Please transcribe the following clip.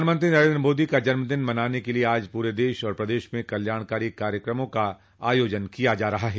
प्रधानमंत्री नरेन्द्र मोदी का जन्मदिन मनाने के लिए आज पूरे देश और प्रदेश म कल्याणकारी कार्यक्रमों का आयोजन किया जा रहा है